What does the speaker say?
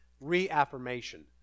Reaffirmation